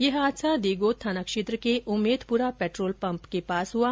यह हादसा दिगोद थाना क्षेत्र के उम्मेदपुरा पेट्रोल पंप के पास हुआ